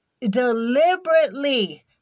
deliberately